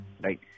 right